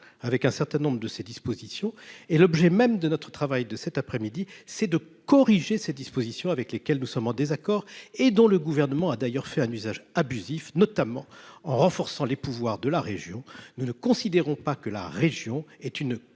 avec un certain nombre de ces dispositions et l'objet même de notre travail de cet après-midi c'est de corriger ces dispositions avec lesquels nous sommes en désaccord et dont le gouvernement a d'ailleurs fait un usage abusif, notamment en renforçant les pouvoirs de la région. Nous ne considérons pas que la région est une